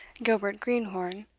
gilbert greenhorn,